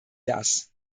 das